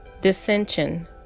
dissension